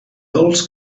dolç